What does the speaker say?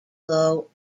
blow